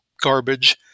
garbage